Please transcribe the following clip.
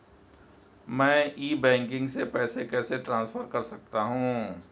मैं e banking से पैसे कैसे ट्रांसफर कर सकता हूं?